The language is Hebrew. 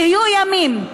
יהיו ימים,